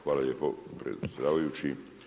Hvala lijepo predsjedavajući.